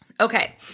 Okay